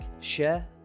share